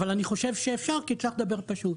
אבל אני חושב שאפשר כי צריך לדבר פשוט.